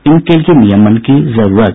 इनके लिए नियमन की जरूरत